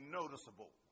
noticeable